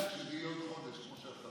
ההצעה להעביר את הנושא לדיון בוועדת הכספים